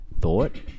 Thought